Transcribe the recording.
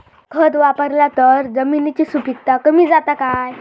खत वापरला तर जमिनीची सुपीकता कमी जाता काय?